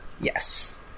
Yes